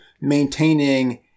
maintaining